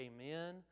amen